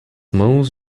mãos